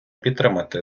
підтримати